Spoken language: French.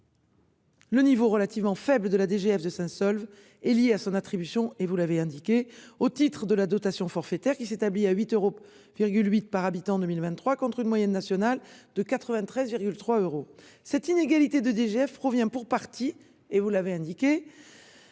Le niveau relativement faible de la DGF de Saint Saulve est lié à son attribution et vous l'avez indiqué au titre de la dotation forfaitaire qui s'établit à 8 euros. Huit par habitant en 2023 contre une moyenne nationale de 93,3 euros. Cette inégalité de DGF provient pour partie et vous l'avez indiqué.